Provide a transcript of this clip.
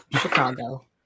Chicago